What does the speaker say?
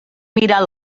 mirar